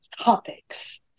topics